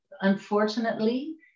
unfortunately